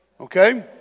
Okay